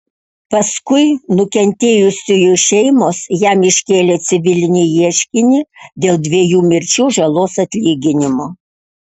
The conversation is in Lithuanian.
paskui nukentėjusiųjų šeimos jam iškėlė civilinį ieškinį dėl dviejų mirčių žalos atlyginimo